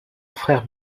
frère